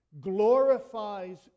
glorifies